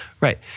Right